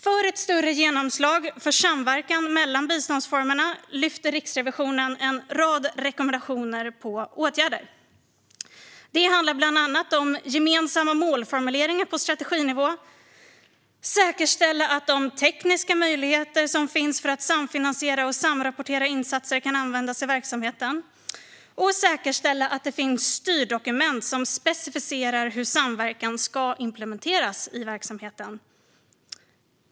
För ett större genomslag för samverkan mellan biståndsformerna lyfter Riksrevisionen fram en rad rekommendationer på åtgärder. Det handlar bland annat om gemensamma målformuleringar på strateginivå. Det handlar också om att säkerställa att de tekniska möjligheter som finns för att samfinansiera och samrapportera insatser kan användas i verksamheten och att säkerställa att det finns styrdokument som specificerar hur samverkan ska implementeras i verksamheten.